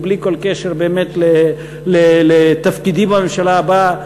ובלי כל קשר באמת לתפקידי בממשלה הבאה,